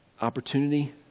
opportunity